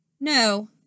No